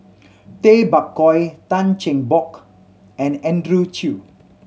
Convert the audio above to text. Tay Bak Koi Tan Cheng Bock and Andrew Chew